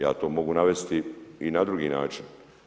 Ja to mogu navesti i na drugi način.